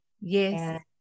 Yes